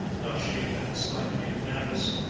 blushing and slightly embarrassed,